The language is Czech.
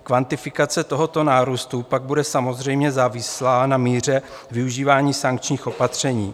Kvantifikace tohoto nárůstu bude pak samozřejmě závislá na míře využívání sankčních opatření.